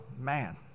man